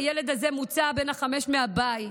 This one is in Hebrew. והילד הזה בן החמש מוצא מהבית.